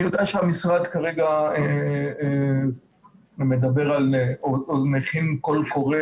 אני יודע שהמשרד כרגע מכין קול קורא